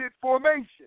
formation